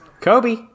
Kobe